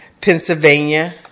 Pennsylvania